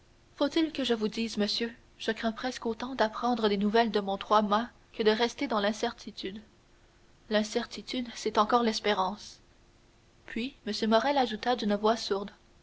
faut-il que je vous le dise monsieur je crains presque autant d'apprendre des nouvelles de mon trois-mâts que de rester dans l'incertitude l'incertitude c'est encore l'espérance puis m morrel ajouta d'une voix sourde